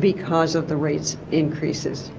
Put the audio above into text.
because of the rates increases